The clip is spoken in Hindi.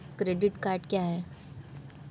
क्रेडिट कार्ड क्या है?